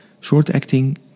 Short-acting